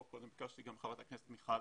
וביקשתי גם מחברת הכנסת מיכל